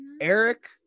eric